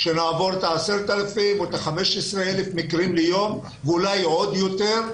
כאשר נעבור את ה-10,000 או את ה-15,000 מקרים ליום ואולי אף יותר.